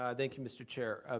um thank you, mr. chair.